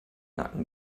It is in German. nacken